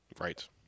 Right